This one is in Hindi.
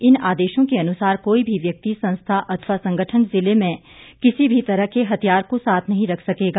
इन आदेशों के अनुसार कोई भी व्यक्ति संस्था अथवा संगठन जिले में किसी भी तरह के हथियार को साथ नहीं रख सकेगा